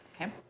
Okay